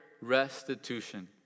restitution